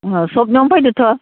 अ सबनियावनो फैदो थ'